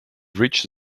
rich